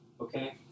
Okay